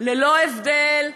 ללא הבדל,